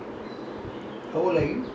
I sixty plus already lah